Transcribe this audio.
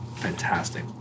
Fantastic